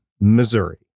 Missouri